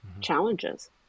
challenges